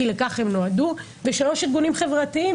כי לכך הם נועדו; 3. ארגונים חברתיים,